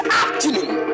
afternoon